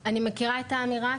כן, אני מכירה את האמירה.